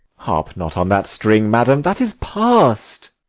harp not on that string, madam that is past.